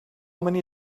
many